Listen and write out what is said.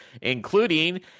including